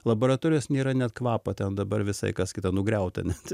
laboratorijos nėra net kvapo ten dabar visai kas kita nugriauta net